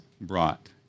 brought